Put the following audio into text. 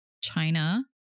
China